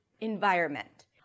environment